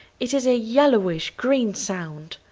it is a yellowish-green sound!